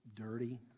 dirty